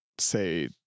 say